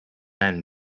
end